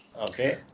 Okay